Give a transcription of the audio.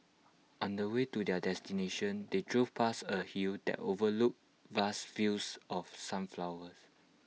on the way to their destination they drove past A hill that overlooked vast fields of sunflowers